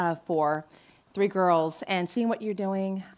ah for three girls and seeing what you're doing,